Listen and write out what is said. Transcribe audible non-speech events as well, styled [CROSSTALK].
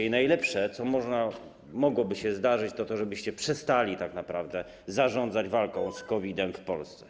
I najlepsze, co mogłoby się zdarzyć, to to, żebyście przestali tak naprawdę zarządzać walką [NOISE] z COVID-em w Polsce.